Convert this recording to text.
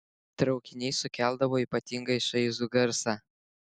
traukiniai sukeldavo ypatingai šaižų garsą